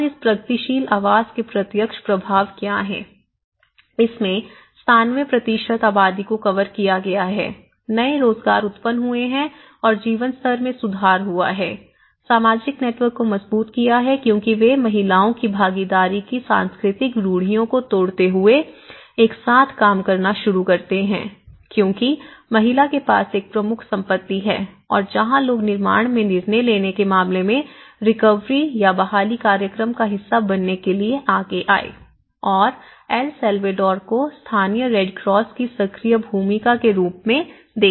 और इस प्रगतिशील आवास के प्रत्यक्ष प्रभाव क्या हैं इसमें 97 आबादी को कवर किया गया है नए रोजगार उत्पन्न हुए हैं और जीवन स्तर में सुधार हुआ है सामाजिक नेटवर्क को मजबूत किया है क्योंकि वे महिलाओं की भागीदारी की सांस्कृतिक रूढ़ियों को तोड़ते हुए एक साथ काम करना शुरू करते हैं क्योंकि महिला के पास एक प्रमुख संपत्ति है और जहां लोग निर्माण में निर्णय लेने के मामले में रिकवरी कार्यक्रम का हिस्सा बनने के लिए आगे आए और एल साल्वाडोर को स्थानीय रेड क्रॉस की सक्रिय भूमिका के रूप में देखा गया